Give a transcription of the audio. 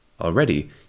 Already